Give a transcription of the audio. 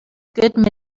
good